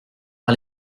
par